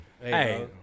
Hey